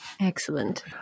Excellent